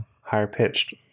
higher-pitched